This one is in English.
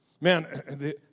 man